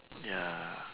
ya